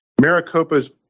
Maricopa's